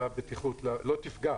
תפגע